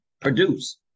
produce